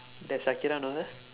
does shakira know her